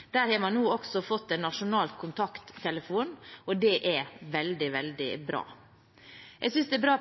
der fremdeles. Der har man nå også fått en nasjonal kontakttelefon, og det er veldig, veldig bra. Jeg synes det er bra